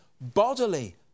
bodily